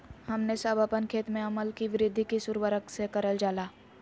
हमने सब अपन खेत में अम्ल कि वृद्धि किस उर्वरक से करलजाला?